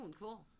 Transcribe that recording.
cool